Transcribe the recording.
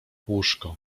łóżko